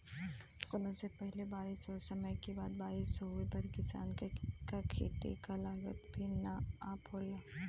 समय से पहिले बारिस और समय के बाद बारिस होवे पर किसान क खेती क लागत भी न आ पावेला